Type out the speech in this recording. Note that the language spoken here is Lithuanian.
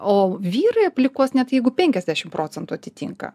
o vyrai aplikuos net jeigu penkiasdešim procentų atitinka